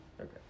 Okay